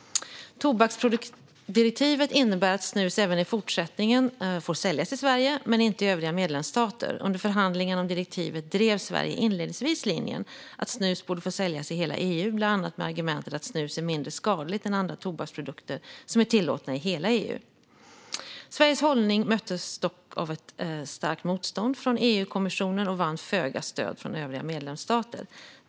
Tobaksproduktdirektivet innebär att snus även i fortsättningen får säljas i Sverige, men inte i övriga medlemsstater. Under förhandlingarna om direktivet drev Sverige inledningsvis linjen att snus borde få säljas i hela EU, bland annat med argumentet att snus är mindre skadligt än andra tobaksprodukter som är tillåtna i hela EU. Sveriges hållning möttes dock av ett starkt motstånd från EU-kommissionen och vann föga stöd från övriga medlemsstater.